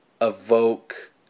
evoke